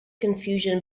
confusion